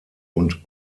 und